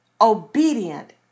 Obedient